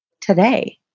today